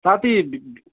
साथी